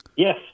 Yes